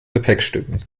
gepäckstücken